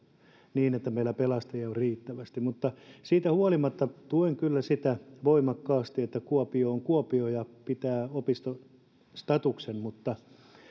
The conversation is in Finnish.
että meillä pelastajia on riittävästi mutta siitä huolimatta tuen kyllä voimakkaasti sitä että kuopio on kuopio ja pitää opistostatuksen mutta